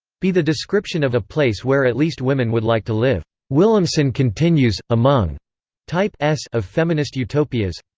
be the description of a place where at least women would like to live. willemsen continues, among type s of feminist utopias.